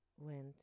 went